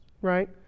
right